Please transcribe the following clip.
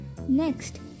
Next